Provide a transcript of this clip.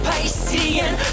Piscean